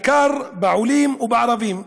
ומטפלת בעיקר בעולים ובערבים,